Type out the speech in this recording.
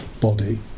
body